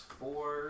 four